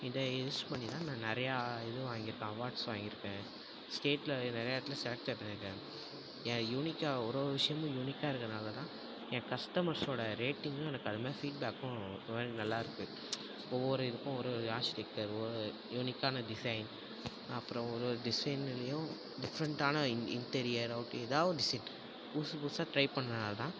இதை யூஸ் பண்ணி தான் நான் நிறையா இது வாங்கிருக்கேன் அவார்ட்ஸ் வாங்கிருக்கேன் ஸ்டேட்டில நிறையா இடத்துல செலக்ட் ஆகிருக்கேன் ஏன் யூனிக்காக ஒரு ஒரு விஷயமும் யூனிக்காக இருக்கிறனால தான் ஏன் கஸ்டமர்ஸோட ரேட்டிங்கும் எனக்கு அது மாதிரி ஃபீட்பேக்கும் ஒரு மாதிரி நல்லா இருக்கு ஒவ்வொரு இதுக்கும் ஒரு ஆட் ஸ்டிக்கர் யூனிக்கான டிசைன் அப்புறோம் ஒரு ஒரு டிசைனுலையும் டிஃப்ரண்ட்டான இன் இன்டீரியர் அவுட் எதாவது ஒரு டிசைன் புதுசு புதுசாக ட்ரை பண்ணனால தான்